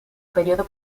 período